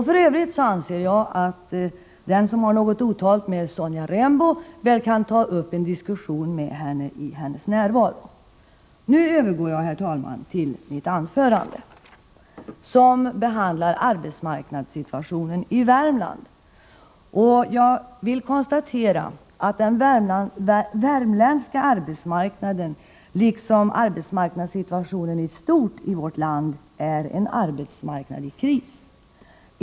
F. ö. anser jag att den som har något otalt med Sonja Rembo väl kan ta upp denna diskussion med henne i hennes närvaro. Nu övergår jag, herr talman, till mitt egentliga anförande, som behandlar arbetsmarknadssituationen i Värmland. Jag vill konstatera att den värmländska arbetsmarknaden, liksom arbetsmarknaden i stort i vårt land, är en arbetsmarknad i kris.